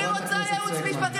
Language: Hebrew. סליחה, אני מגדפת?